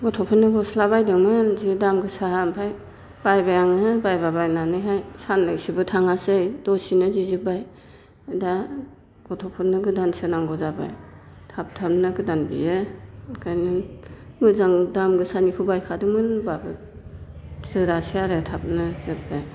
गथ'फोरनो गस्ला बायदोंमोन जि दाम गोसा ओमफ्राय बायबाय आङो बायबा बायनानैहाय साननैसोबो थाङासै दसेनो जिजोबबाय दा गथ'फोरनो गोदानसो नांगौ जाबाय थाब थाबनो गोदान बियो ओंखायनो मोजां दाम गोसानिखौ बायखादोंमोन होनबाबो जोरासै आरो थाबनो जोबबाय